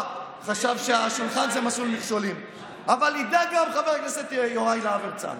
(חבר הכנסת יוראי להב הרצנו